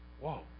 Whoa